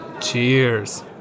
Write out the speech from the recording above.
Cheers